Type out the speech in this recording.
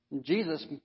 Jesus